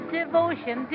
devotion